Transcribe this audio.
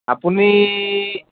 আপুনি